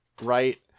right